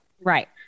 Right